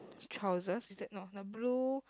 trousers is that no the blue